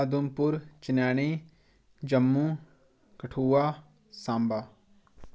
Udhampur Chenani Jammu Kathua Samba